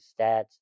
stats